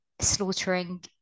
slaughtering